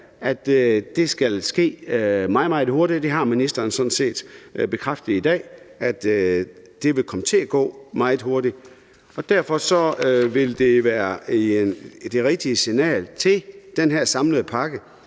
meget hurtigt, og ministeren har sådan set bekræftet i dag, at det vil komme til at gå meget hurtigt. Derfor vil det være det rigtige i forhold til den her samlede pakke,